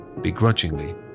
begrudgingly